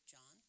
John